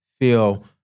feel